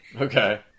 Okay